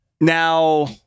now